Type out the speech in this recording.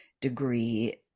degree